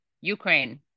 Ukraine